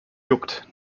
juckt